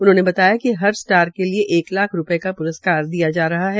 उन्होंने बताया कि हर स्टार के लिए एक लाख रूपये प्रस्कार दिया जा रहा है